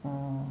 orh